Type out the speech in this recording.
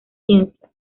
ciencias